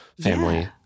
family